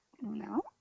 No